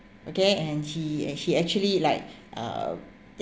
okay and he and he actually like um